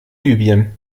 libyen